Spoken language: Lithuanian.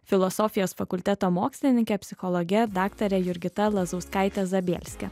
filosofijos fakulteto mokslininke psichologe daktare jurgita lazauskaite zabielske